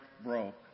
broke